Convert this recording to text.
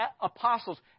apostles